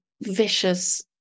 vicious